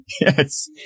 yes